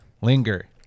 Linger